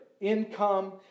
income